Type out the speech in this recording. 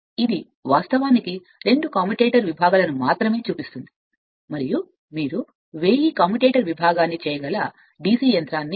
కాబట్టి ఇది వాస్తవానికి రెండు కమ్యుటేటర్ విభాగాలను మాత్రమే చూపిస్తుంది మరియు మీరు 1000 కమ్యుటేటర్ విభాగాన్ని చేయగల DC యంత్రాన్ని